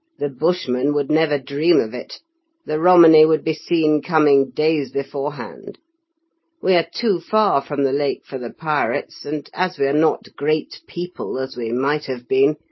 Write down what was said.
the bushmen would never dream of it the romany would be seen coming days beforehand we are too far from the lake for the pirates and as we are not great people, as we might have been,